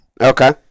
Okay